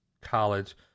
college